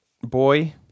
boy